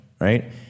right